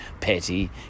petty